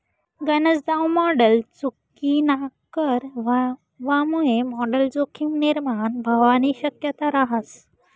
गनज दाव मॉडल चुकीनाकर व्हवामुये मॉडल जोखीम निर्माण व्हवानी शक्यता रहास